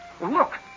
Look